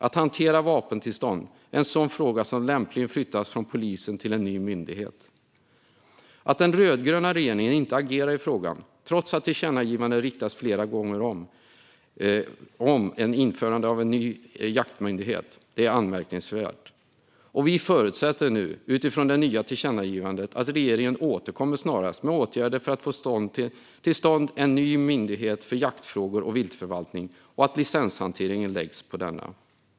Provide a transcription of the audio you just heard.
Att hantera vapentillstånd är en sådan fråga som lämpligen flyttas från polisen till en ny myndighet. Att den rödgröna regeringen inte agerar i frågan trots att tillkännagivanden flera gånger riktats om införandet av en ny jaktmyndighet är anmärkningsvärt. Vi förutsätter nu, utifrån det nya tillkännagivandet, att regeringen återkommer snarast med åtgärder för att få till stånd en ny myndighet för jaktfrågor och viltförvaltning och att licenshanteringen läggs på denna.